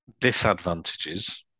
disadvantages